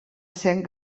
saint